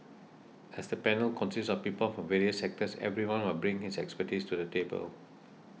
as the panel consists of people from various sectors everyone will bring his expertise to the table